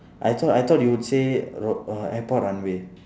I thought I thought you would say r~ err airport runway